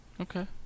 Okay